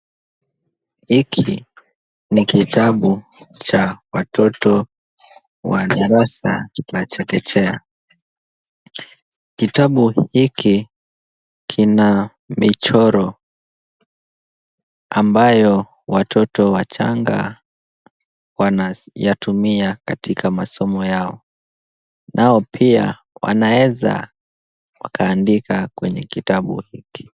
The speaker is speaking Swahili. Hiki ni kitabu cha watoto wa darasa la chekechea. Kitabu hiki kina michoro ambayo watoto wachanga wanayatumia katika masomo yao. Nao pia wanaweza wakaandika kwenye kitabu hiki.